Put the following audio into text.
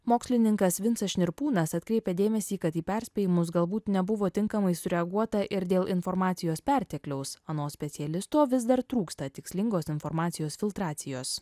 mokslininkas vincas šnirpūnas atkreipia dėmesį kad į perspėjimus galbūt nebuvo tinkamai sureaguota ir dėl informacijos pertekliaus anot specialisto vis dar trūksta tikslingos informacijos filtracijos